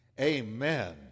Amen